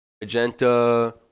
Magenta